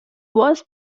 was